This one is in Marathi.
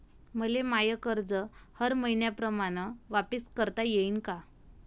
मले माय कर्ज हर मईन्याप्रमाणं वापिस करता येईन का?